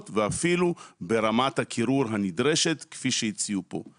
ואפילו ברמת הקירור הנדרשת כפי שהציעו פה.